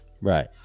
Right